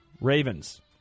Ravens